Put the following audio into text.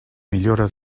millora